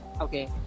Okay